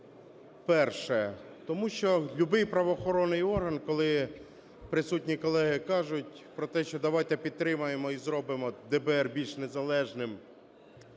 по-перше, тому що любий правоохоронний орган, коли присутні колеги кажуть, про те, що давайте підтримаємо і зробимо ДБР більш незалежним